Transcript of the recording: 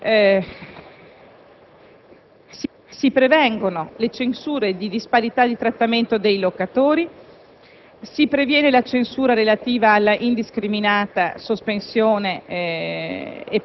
Ebbene, con questo provvedimento si prevengono le censure di disparità di trattamento dei locatori,